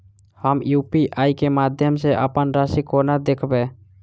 हम यु.पी.आई केँ माध्यम सँ अप्पन राशि कोना देखबै?